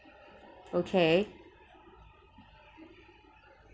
okay